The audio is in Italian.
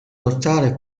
lottare